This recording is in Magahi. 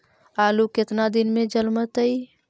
आलू केतना दिन में जलमतइ?